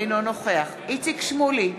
אינו נוכח איציק שמולי,